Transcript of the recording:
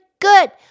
good